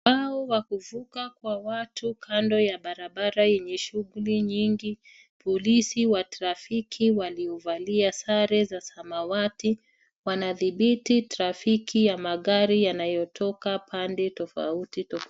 Ubao wa kuvuka kwa watu kando ya barabarayenye shughuli nyingi, polisi wa trafiki waliovalia sare za samawati. Wanadhibiti trafiki ya magari yanayotoka pande tofauti tofauti.